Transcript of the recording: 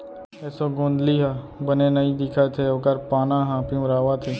एसों गोंदली ह बने नइ दिखत हे ओकर पाना ह पिंवरावत हे